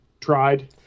tried